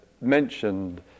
mentioned